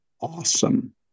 awesome